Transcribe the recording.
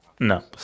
No